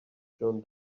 john